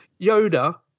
Yoda